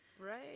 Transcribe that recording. Right